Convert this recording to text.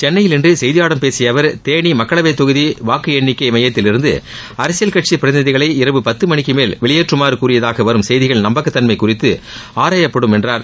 சென்னையில் இன்று செய்தியாளர்களிடம் பேசிய அவர் தேனி மக்களவை தொகுதி வாக்கு எண்ணிக்கை மையத்திலிருந்து அரசியல் கட்சி பிரதிநிதிகளை இரவு பத்து மணிக்கு மேல் வெளியேறுமாறு கூறியதாக வரும் செய்திகளின் நம்பகத்தன்மை குறித்து ஆராயப்படும் என்றார்